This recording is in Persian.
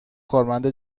کارمند